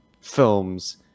films